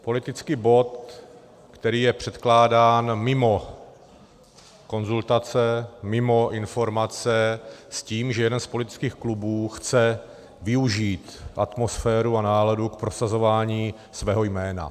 Politický bod, který je předkládán mimo konzultace, mimo informace, s tím, že jeden z politických klubů chce využít atmosféru a náladu k prosazování svého jména.